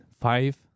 five